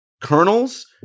kernels